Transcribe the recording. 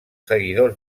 seguidors